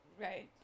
Right